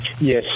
Yes